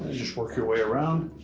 just work your way around.